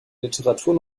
literatur